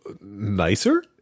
nicer